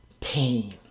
pain